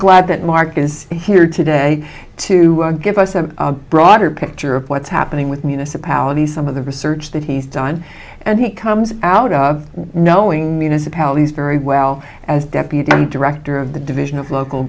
glad that mark is here today to give us a broader picture of what's happening with municipalities some of the research that he's done and he comes out of knowing municipalities very well as deputy director of the division of local